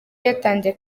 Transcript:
yatangiye